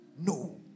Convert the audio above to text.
No